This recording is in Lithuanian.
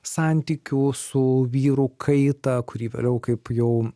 santykių su vyru kaitą kurį vėliau kaip jau